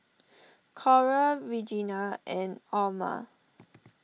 Coral Reginal and Orma